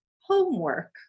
homework